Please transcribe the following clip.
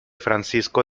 francisco